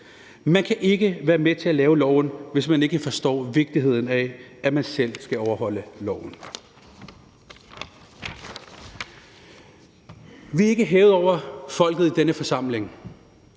Man kan ikke være med til at lave loven, hvis man ikke forstår vigtigheden af, at man selv skal overholde loven. Vi er ikke hævet over folket i denne forsamling.